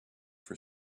for